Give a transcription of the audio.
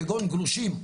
כגון גירושים.